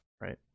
right